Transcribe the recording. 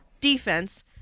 defense